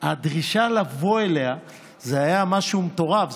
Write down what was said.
הדרישה לבוא אליה זה היה משהו מטורף,